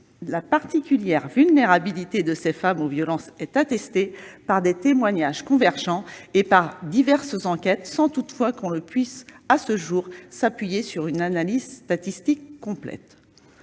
la particulière vulnérabilité de ces femmes aux violences est attestée par des témoignages convergents et par diverses enquêtes, sans toutefois que l'on puisse à ce jour s'appuyer sur une analyse statistique complète.